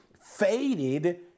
faded